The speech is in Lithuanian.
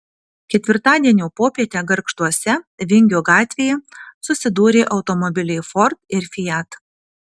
ketvirtadienio popietę gargžduose vingio gatvėje susidūrė automobiliai ford ir fiat